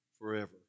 forever